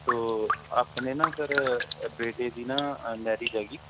ਤੋ ਆਪਣੇ ਨਾ ਸਰ ਬੇਟੇ ਦੀ ਨਾ ਮੈਰਿਜ ਹੈਗੀ